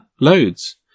Loads